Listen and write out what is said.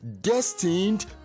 destined